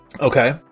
Okay